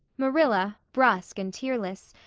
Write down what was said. marilla, brusque and tearless,